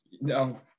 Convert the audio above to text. no